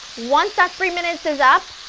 once that three minutes is up,